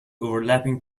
overlapping